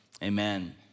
Amen